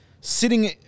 sitting